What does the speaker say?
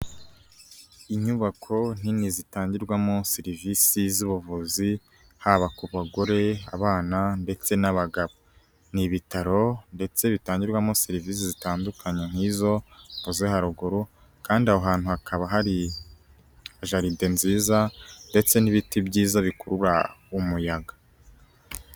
Inyubako nini zitangirwamo serivisi z'ubuvuzi, haba ku bagore, abana ndetse n'abagabo, ni ibitaro ndetse bitangirwamo serivisi zitandukanye nk'izo mvuze haruguru kandi aho hantu hakaba hari jaride nziza ndetse n'ibiti byiza bikurura umuyaga.